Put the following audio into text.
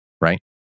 right